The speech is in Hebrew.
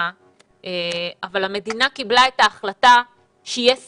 אל המדינה קיבלה את ההחלטה שיהיה סגר.